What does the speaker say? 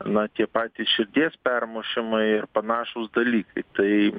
na tie patys širdies permušimai panašūs dalykai tai